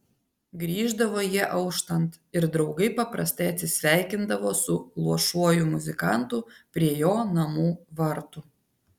grįždavo jie auštant ir draugai paprastai atsisveikindavo su luošuoju muzikantu prie jo namų vartų